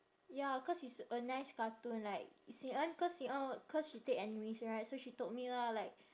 ya cause it's a nice cartoon like xin en cause xin en cause she take animation right so she told me lah like